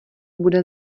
bude